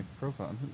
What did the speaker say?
profile